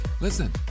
Listen